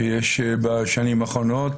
שיש בשנים האחרונות